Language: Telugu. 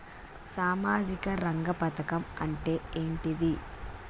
సామాజిక రంగ పథకం అంటే ఏంటిది?